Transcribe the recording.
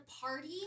party